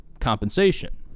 compensation